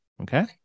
okay